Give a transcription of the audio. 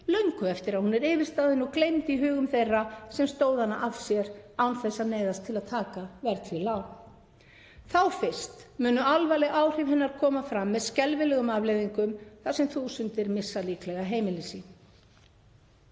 löngu eftir að hún er yfirstaðin og gleymd í hugum þeirra sem stóðu hana af sér án þess að neyðast til að taka verðtryggð lán. Þá fyrst munu alvarleg áhrif hennar koma fram með skelfilegum afleiðingum þar sem þúsundir missa líklega heimili